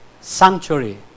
sanctuary